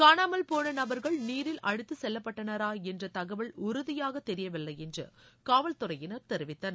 காணாமல்போன நபர்கள் நீரில் அடித்துச் செல்லப்பட்டனரா என்ற தகவல் உறுதியாக தெரியவில்லை என்று காவல்துறையினர் தெரிவித்தனர்